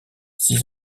six